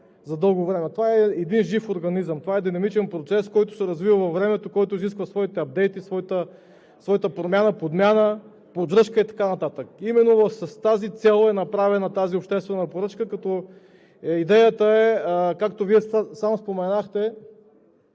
за дълго време. Това е жив организъм, това е динамичен процес, който се развива във времето, който изисква своите ъпдейти, своята промяна, подмяна, поддръжка и така нататък. Именно с тази цел е направена тази обществена поръчка, като идеята е, както Вие споменахте,